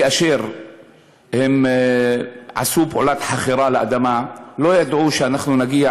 כאשר הם עשו פעולת חכירה לאדמה לא ידעו שאנחנו נגיע